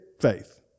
faith